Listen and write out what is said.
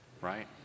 right